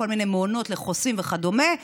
בכל מיני מעונות לחוסים וכדומה,